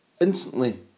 instantly